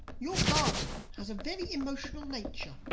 your guardian has a very emotional nature.